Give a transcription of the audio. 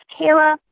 Kayla